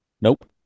Nope